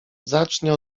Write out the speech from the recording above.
zacznie